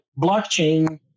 blockchain